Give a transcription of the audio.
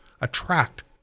attract